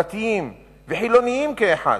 דתיים וחילונים כאחד.